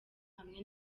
hamwe